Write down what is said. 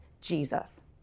Jesus